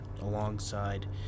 alongside